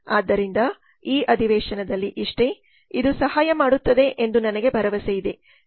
ಆದ್ದರಿಂದ ಈ ಅಧಿವೇಶನದಲ್ಲಿ ಇಷ್ಟೆ ಇದು ಸಹಾಯ ಮಾಡುತ್ತದೆ ಎಂದು ನಾನು ಭಾವಿಸುತ್ತೇನೆ